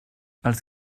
els